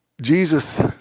Jesus